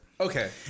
Okay